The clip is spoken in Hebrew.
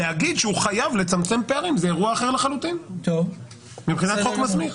להגיד שהוא חייב לצמצם פערים זה אירוע אחר לחלוטין מבחינת החוק המסמיך.